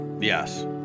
Yes